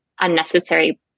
unnecessary